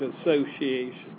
Association